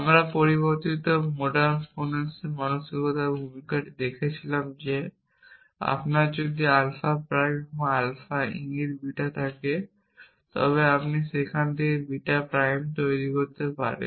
আমরা পরিবর্তিত modus ponens মানসিকতার ভূমিকাটি দেখেছিলাম যে আপনার যদি আলফা প্রাইম এবং আলফা ইঙ্গিত বিটা থাকে তবে আপনি সেখান থেকে বিটা প্রাইম তৈরি করতে পারেন